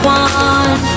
one